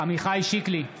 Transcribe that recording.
עמיחי שיקלי,